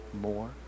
more